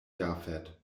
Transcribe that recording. jafet